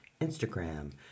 instagram